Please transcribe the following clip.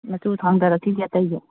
ꯃꯆꯨ ꯊꯥꯡꯗꯔꯛꯈꯤꯒꯦ ꯑꯇꯩꯁꯨ